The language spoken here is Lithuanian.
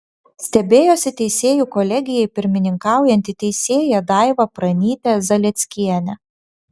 stebėjosi teisėjų kolegijai pirmininkaujanti teisėja daiva pranytė zalieckienė